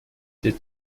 der